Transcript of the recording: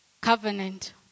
Covenant